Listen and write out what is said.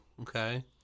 okay